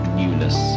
newness